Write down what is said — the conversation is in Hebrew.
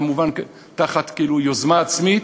כמובן תחת כאילו יוזמה עצמית,